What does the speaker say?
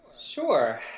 Sure